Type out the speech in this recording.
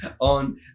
On